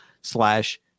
slash